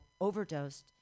overdosed